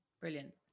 brilliant